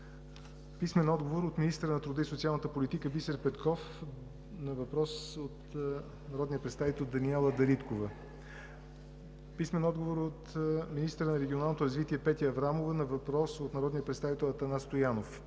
Писмен отговор от: - министъра на труда и социалната политика Бисер Петков на въпрос от народния представител Даниела Дариткова; - от министъра на регионалното развитие Петя Аврамова на въпрос от народния представител Атанас Стоянов;